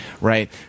right